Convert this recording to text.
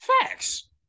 Facts